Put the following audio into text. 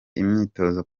imyitozo